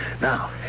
Now